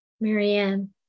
Marianne